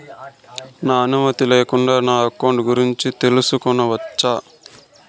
నా అనుమతి లేకుండా నా అకౌంట్ గురించి తెలుసుకొనొచ్చా?